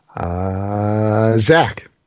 Zach